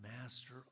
master